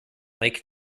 lake